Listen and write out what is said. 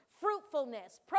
fruitfulness